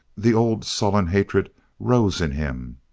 the old sullen hatred rose in him.